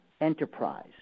enterprise